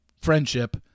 friendship